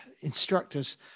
instructors